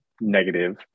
negative